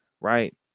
right